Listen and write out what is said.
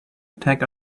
attack